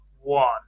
one